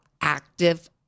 active